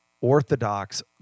Orthodox